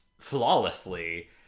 flawlessly